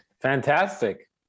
fantastic